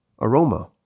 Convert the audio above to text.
aroma